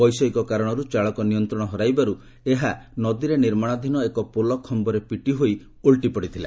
ବୈଷୟିକ କାରଣରୁ ଚାଳକ ନିୟନ୍ତ୍ରଣ ହରାଇବାରୁ ଏହା ନଦୀର ନିର୍ମାଣାଧୀନ ଏକ ପୋଲ ଖମ୍ଘରେ ପିଟିହୋଇ ଓଲଟି ପଡ଼ିଥିଲା